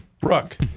Brooke